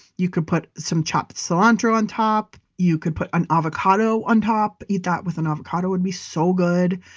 you could put some chopped cilantro on top. you could put an avocado on top. eat that with an avocado would be so good.